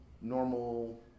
normal